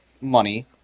money